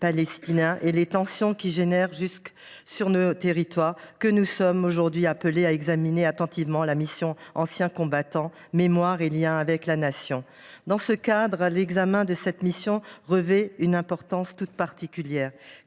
et les tensions que celui ci provoque jusque sur notre territoire, que nous sommes aujourd’hui appelés à examiner attentivement la mission « Anciens combattants, mémoire et liens avec la Nation ». L’examen de cette mission revêt une importance toute particulière,